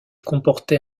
comportait